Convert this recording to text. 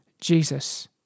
Jesus